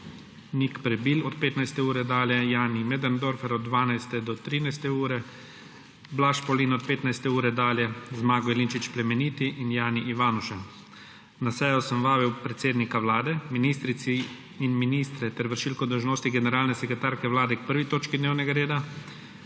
Nik Prebil od 15. ure dalje, Jani Möderndorfer od 12. do 13. ure, Blaž Pavlin od 15. ure dalje, Zmago Jelinčič Plemeniti in Jani Ivanuša. Na sejo sem vabil predsednika Vlade, ministrice in ministre ter vršilko dolžnosti generalne sekretarke Vlade k 1. točki dnevnega reda,